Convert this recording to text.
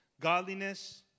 Godliness